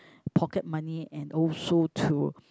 pocket money and also to